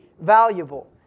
valuable